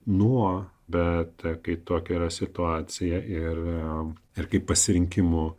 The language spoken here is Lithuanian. nuo bet kai tokia yra situacija ir sau ir kaip pasirinkimu